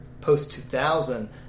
post-2000